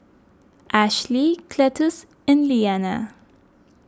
Ashely Cletus and Leana